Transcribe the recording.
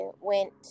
went